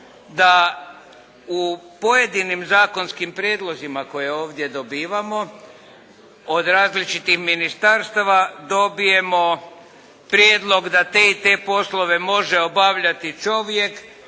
da u pojedinim zakonskim prijedlozima koje ovdje dobivamo od različitih ministarstava dobijemo prijedlog da te i te poslove može obavljati čovjek